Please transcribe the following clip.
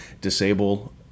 Disable